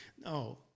No